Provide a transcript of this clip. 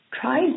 try